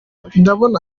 ndabona